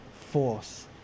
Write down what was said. force